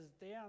down